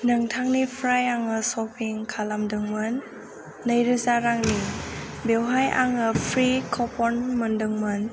नोंथांनिफ्राय आङो शपिं खालामदोंमोन नैरोजा रांनि बेवहाय आङो फ्रि कुपन मोन्दोंमोन